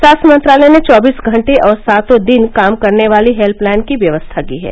स्वास्थ्य मंत्रालय ने चौबीसों घंटे और सातों दिन काम करने वाली हेल्पलाइन की व्यवस्था की है